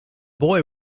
boy